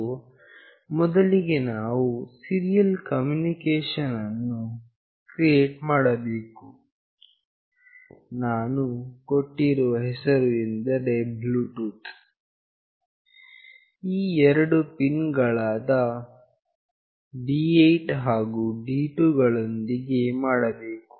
so ಮೊದಲಿಗೆ ನಾವು serial communication ಅನ್ನು ಕ್ರಿಯೇಟ್ ಮಾಡಬೇಕು ನಾನು ಕೊಟ್ಟಿರುವ ಹೆಸರು ಎಂದರೆ ಬ್ಲೂಟೂತ್ ಈ ಎರಡು ಪಿನ್ ಗಳಾದ D8 ಹಾಗು D2 ಗಳೊಂದಿಗೆ ಮಾಡಬೇಕು